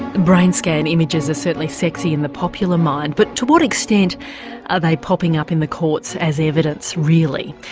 brain scan images are certainly sexy in the popular mind, but to what extent are they popping up in the courts as evidence really?